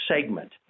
segment